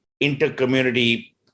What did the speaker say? inter-community